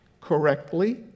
correctly